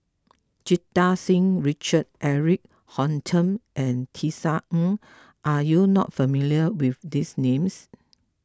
Jita Singh Richard Eric Holttum and Tisa Ng are you not familiar with these names